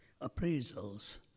appraisals